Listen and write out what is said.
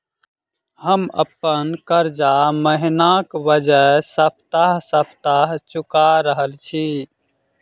हम अप्पन कर्जा महिनाक बजाय सप्ताह सप्ताह चुका रहल छि